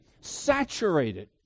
saturated